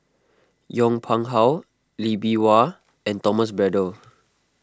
Yong Pung How Lee Bee Wah and Thomas Braddell